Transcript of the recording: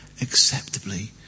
acceptably